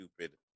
stupid